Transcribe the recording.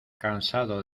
cansado